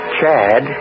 Chad